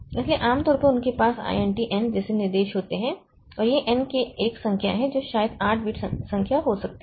इसलिए आम तौर पर उनके पास INT n जैसे निर्देश होते हैं और यह n एक संख्या है जो शायद 8 बिट संख्या हो सकती है